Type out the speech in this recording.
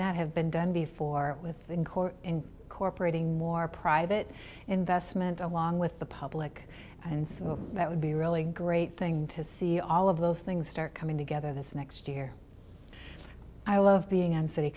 not have been done before or with in court in corporate ing more private investment along with the public and so that would be really great thing to see all of those things start coming together this next year i love being on city